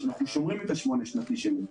אנחנו שומרים את המבנה השמונה שנתי שלו.